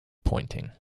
pointing